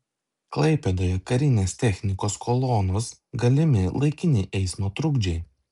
klaipėdoje karinės technikos kolonos galimi laikini eismo trukdžiai